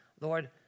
Lord